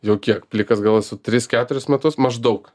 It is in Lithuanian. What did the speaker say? jau kiek plikas gal esu tris keturis metus maždaug